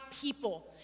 people